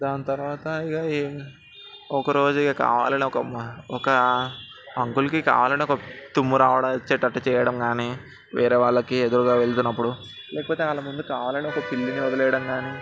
దాని తర్వాత ఇక ఒకరోజు ఇక కావాలని ఒక అంకుల్కి కావాలని తుమ్ము వచ్చేటట్టు చేయటం కానీ వేరే వాళ్ళకి ఎదురుగా వెళ్తున్నప్పుడు లేకపోతే వాళ్ళముందు కావాలని ఒక పిల్లిని వదిలేయటం కానీ